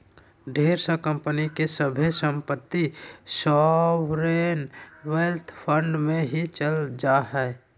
ढेर सा कम्पनी के सभे सम्पत्ति सॉवरेन वेल्थ फंड मे ही चल जा हय